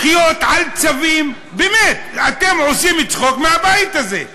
לחיות על צווים, באמת, אתם עושים צחוק מהבית הזה.